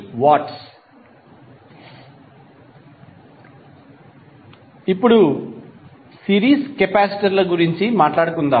33W ఇప్పుడు series కెపాసిటర్ల గురించి మాట్లాడుకుందాం